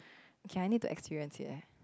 okay I need to experience it eh